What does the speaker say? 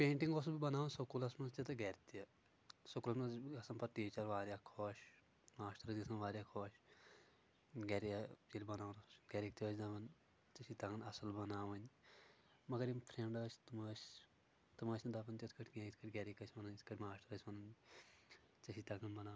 painting اوسُس بہٕ بناوان سکوٗلس منٛز تہِ تہٕ گرِ تہِ سکوٗلس منٛز گژھان پتہٕ ٹیٖچر واریاہ خۄش ماسٹر ٲسۍ گژھان واریاہ خۄش گرِ ییٚلہِ بناوان اوسُس گرِکۍ تہِ ٲسۍ دپان ژےٚ چھی تگان اصل بناوٕنی مگر یِم فرینڈ ٲسۍ تِم ٲسۍ تِم ٲسۍ نہٕ دپان تتھ کٲٹھۍ کینٛہہ یتھ کٲٹھۍ گرِکۍ ٲسی ونان یِتھ کٲٹھ ماسٹر ٲسۍ ونان ژےٚ چھی تگان بناوٕنۍ